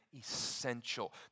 essential